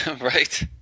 Right